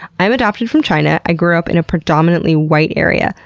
i'm adopted from china. i grew up in a predominantly white area,